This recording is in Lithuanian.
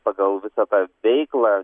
pagal visą tą veiklą